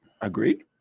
Agreed